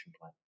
plan